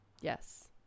Yes